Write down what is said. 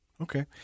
okay